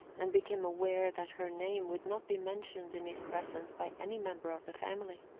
and became aware that her name would not be mentioned in his presence by any member of the family.